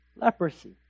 leprosy